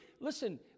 Listen